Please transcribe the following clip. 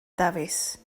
dafis